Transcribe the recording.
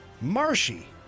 marshy